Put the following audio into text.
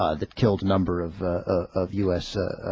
ah that killed number of ah of u s ah